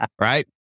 right